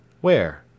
Where